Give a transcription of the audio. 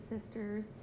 sisters